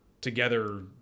together